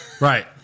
Right